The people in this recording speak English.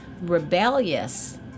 rebellious